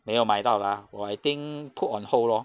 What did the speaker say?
没有买到 lah 我 I think put on hold lor